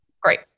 Great